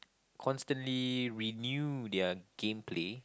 constantly renew their game play